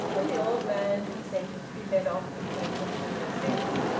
and the old man consented to be led off between the two rosettes.